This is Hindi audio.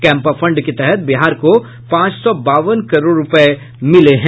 कैंपा फंड के तहत बिहार को पांच सौ बावन करोड़ रूपये मिले हैं